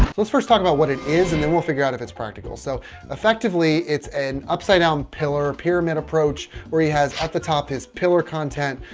let's first talk about what it is and then we'll figure out if it's practical so effectively it's an upside-down pillar pyramid approach where he has at the top his pillar content,